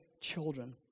children